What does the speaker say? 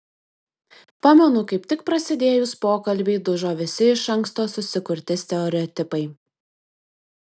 pamenu kaip tik prasidėjus pokalbiui dužo visi iš anksto susikurti stereotipai